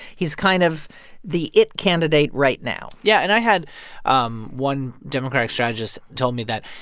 he's kind of the it candidate right now yeah. and i had um one democratic strategist told me that,